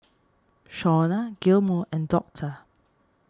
Shauna Gilmore and doctor